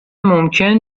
ممکن